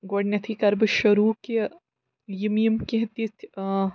گۄڈٕنیٚتھٕے کَرٕ بہٕ شروٗع کہِ یِم یِم کیٚنٛہہ تِتھۍ ٲں